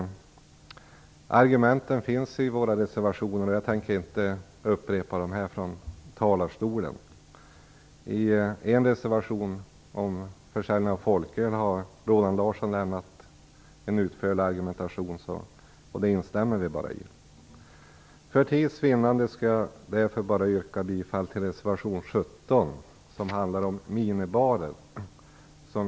Argumenten finns i våra reservationer. Jag tänker därför inte upprepa dem här från talarstolen. I en reservation om försäljning av folköl har Roland Larsson lämnat en utförlig argumentation, och den instämmer vi i. För tids vinnande skall jag därför yrka bifall bara till reservation 17. Den handlar om minibarer.